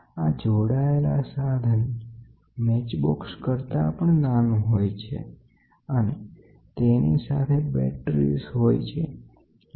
આ જોડાયેલા સાધન માચીસ ની પેટ્ટી કરતાં પણ નાનું હોય છે અને તેની સાથે બેટરી હોય છે જે થોડા કલાકો માટે ઉપયોગ થઈ શકે છે